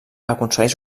aconsegueix